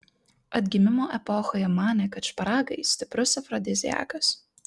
atgimimo epochoje manė kad šparagai stiprus afrodiziakas